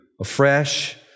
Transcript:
afresh